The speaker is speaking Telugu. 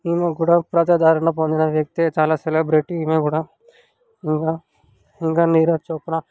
ఈమె కూడా ప్రజాదారణ పొందిన వ్యక్తి చాలా సెలబ్రేటి ఈమె కూడా ఇంకా ఇంకా నీరజ్ చోప్రా